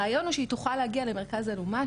הרעיון הוא שהיא תוכל להגיע למרכז אלומה,